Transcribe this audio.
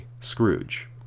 Scrooge